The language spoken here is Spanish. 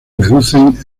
reducen